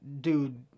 dude